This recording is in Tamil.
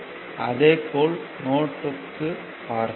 அதே போல் நோட் 2 க்கு பார்ப்போம்